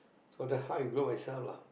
so that's how I grow myself lah